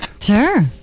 Sure